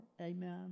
Amen